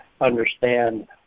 understand